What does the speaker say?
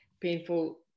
painful